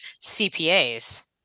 CPAs